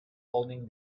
holding